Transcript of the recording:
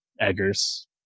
Eggers